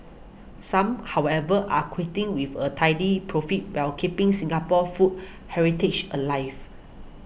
some however are quitting with a tidy profit while keeping Singapore's food heritage alive